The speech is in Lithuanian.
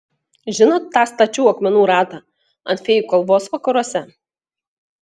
žinot tą stačių akmenų ratą ant fėjų kalvos vakaruose